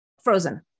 Frozen